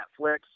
Netflix